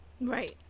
right